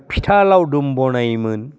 फिथा लावदुम बनायोमोन